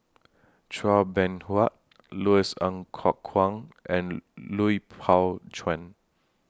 Chua Beng Huat Louis Ng Kok Kwang and Lui Pao Chuen